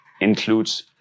includes